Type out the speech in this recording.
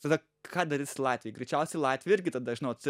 tada ką darys latviai greičiausiai latviai irgi tada žinot